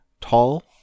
tall